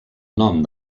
nom